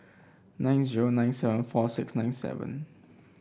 nine zero nine seven four six nine seven